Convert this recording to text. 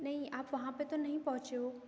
नहीं आप वहाँ पर तो नहीं पहुंचे हो